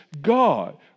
God